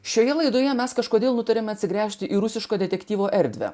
šioje laidoje mes kažkodėl nutarėme atsigręžti į rusiško detektyvo erdvę